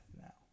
now